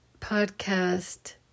podcast